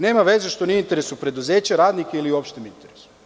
Nema veze što nije u interesu preduzeća, radnika ili u opštem interesu.